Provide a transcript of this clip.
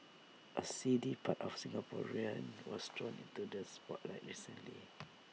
A seedy part of Singaporean was thrown into the spotlight recently